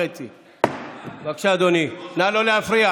מיקי הוא אח שכול,